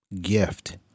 gift